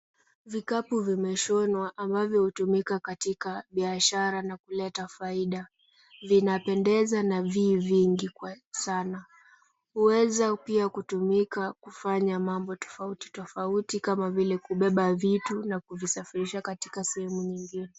Vikapu vimeshonwa, ambavyo hutumika katika biashara na kuleta faida. Vinapendeza na vi vingi kwa sana. Huweza pia kutumika kufanya mambo tofauti tofauti kama vile kubeba vitu na kuvisafirisha katika sehemu nyingine.